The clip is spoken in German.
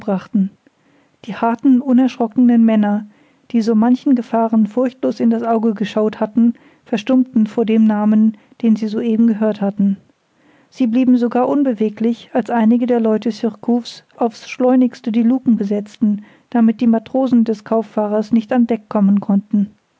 die harten unerschrockenen männer die so manchen gefahren furchtlos in das auge geschaut hatten verstummten vor dem namen den sie soeben gehört hatten sie blieben sogar unbeweglich als einige der leute surcouf's auf's schleunigste die luken besetzten damit die matrosen des kauffahrers nicht an deck kommen könnten